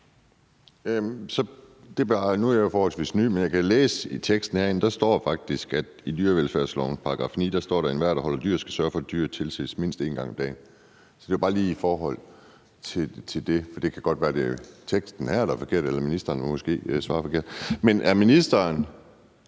Andersen (NB): Nu er jeg jo forholdsvis ny, men jeg kan læse i beslutningsforslaget her, at der i dyrevelfærdslovens § 9 faktisk står, at enhver, der holder dyr, skal sørge for, at dyret tilses mindst en gang om dagen. Så det var bare lige i forhold til det, jeg ville spørge, for det kan godt være, at det er teksten her, der er forkert, eller at ministeren måske svarer forkert. Men er ministeren